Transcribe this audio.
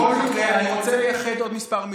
בכל מקרה אני רוצה לייחד עוד כמה מילים.